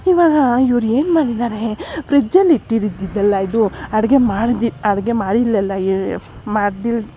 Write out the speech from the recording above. ಇವಾಗ ಇವ್ರು ಏನು ಮಾಡಿದ್ದಾರೆ ಫ್ರಿಡ್ಜಲ್ಲಿ ಇಟ್ಟಿದಿದ್ದಿದ್ದಲ್ಲ ಇದು ಅಡಿಗೆ ಮಾಡ್ದಿ ಅಡಿಗೆ ಮಾಡಿಲ್ಯಲ್ಲಯೇ ಮಾಡ್ದಿಲ್